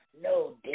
no